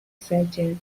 surgeon